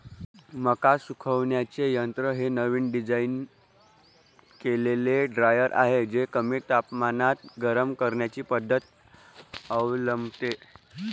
मका सुकवण्याचे यंत्र हे नवीन डिझाइन केलेले ड्रायर आहे जे कमी तापमानात गरम करण्याची पद्धत अवलंबते